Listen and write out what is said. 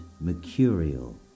mercurial